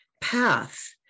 path